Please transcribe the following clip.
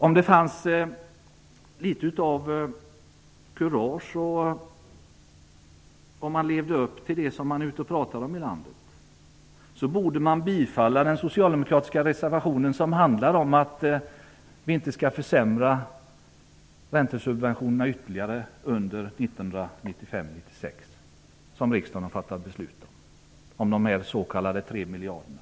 Om det fanns litet av kurage och om man levde upp till det man pratar om ute i landet borde man bifalla den socialdemokratiska reservationen, som handlar om att vi inte skall försämra räntesubventionerna ytterligare under 1995/96, som riksdagen har fattat beslut om, de s.k. 3 miljarderna.